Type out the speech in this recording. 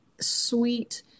sweet